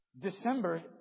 December